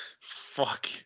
Fuck